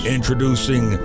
Introducing